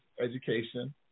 education